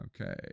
Okay